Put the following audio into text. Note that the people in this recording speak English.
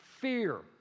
fear